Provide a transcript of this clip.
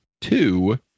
Two